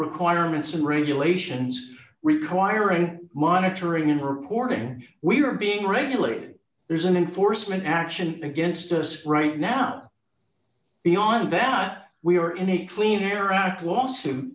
requirements and regulations requiring monitoring and reporting we are being regulated there's an unforced mean action against us right now beyond that we are in a clean air act lawsuit